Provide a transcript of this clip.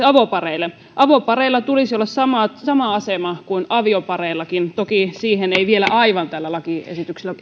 avopareille avopareilla tulisi olla sama asema kuin aviopareillakin toki siihen ei vielä aivan tällä lakiesityksellä